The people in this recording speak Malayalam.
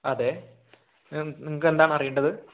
അതെ നിങ്ങൾക്ക് എന്താണ് അറിയേണ്ടത്